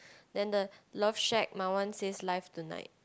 then the love shack my one says live tonight